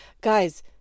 Guys